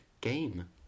Game